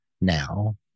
now